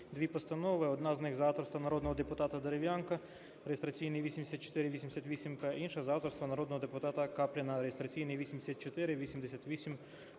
дві постанови: одна з них за авторства народного депутата Дерев'янка (реєстраційний 8488-П) та інша за авторства народного депутатаКапліна (реєстраційний 8488-П1).